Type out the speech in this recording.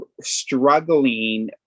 struggling